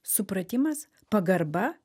supratimas pagarba